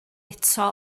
eto